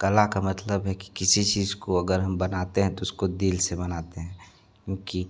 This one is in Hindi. कला का मतलब है कि किसी चीज को अगर हम बनाते हैं तो उसको दिल से बनाते है क्योंकि